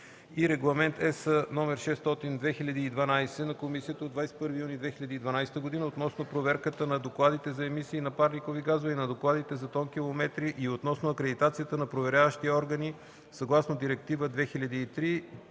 и Регламент (ЕС) № 600/2012 на Комисията от 21 юни 2012 г. относно проверката на докладите за емисии на парникови газове и на докладите за тонкилометри и относно акредитацията на проверяващи органи съгласно Директива 2003/87/ЕО